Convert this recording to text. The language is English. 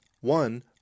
One